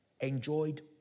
enjoyed